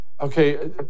Okay